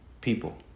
people